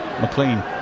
McLean